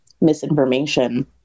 misinformation